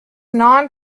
non